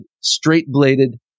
straight-bladed